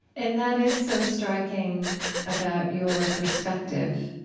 and that is so striking about your perspective.